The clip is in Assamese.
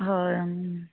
হয়